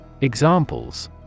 Examples